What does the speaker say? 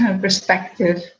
perspective